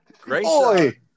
Great